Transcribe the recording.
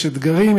יש אתגרים,